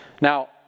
Now